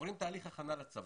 עוברים תהליך הכנה לצבא.